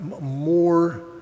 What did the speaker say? more